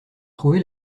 trouvé